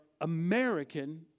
American